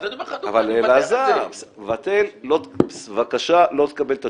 אז אני אומר לך דוגרי, אני מוותר על זה.